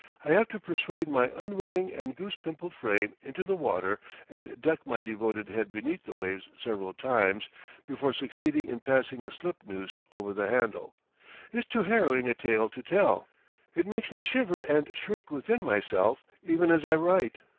i have to persuade my unwilling and goose-pimpled frame into the water and duck my devoted head beneath the waves several times before succeeding in passing a slip-noose over the handle is too harrowing a tale to tell it makes me shiver and shrink within myself, even as i write.